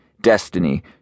destiny